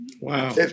Wow